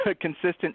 consistent